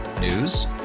News